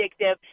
addictive